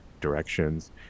directions